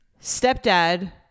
Stepdad